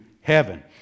heaven